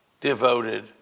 devoted